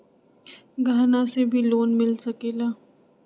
गहना से भी लोने मिल सकेला?